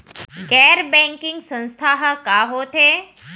गैर बैंकिंग संस्था ह का होथे?